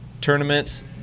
tournaments